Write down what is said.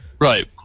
right